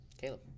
Caleb